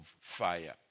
fire